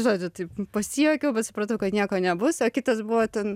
žodžiu taip pasijuokiau bet supratau kad nieko nebus o kitas buvo ten